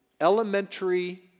elementary